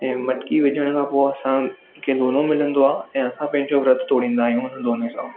ऐं मटकी विझण खां पोइ असां खे दोनो मिलंदो आहे ऐं असां पंहिंजो व्रत तोड़ींदा आहियूं हुन दोने सां